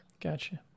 Gotcha